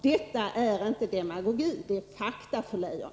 Detta är inte demagogi — det är fakta, fru Leijon.